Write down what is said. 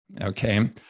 okay